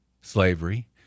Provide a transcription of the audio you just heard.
Slavery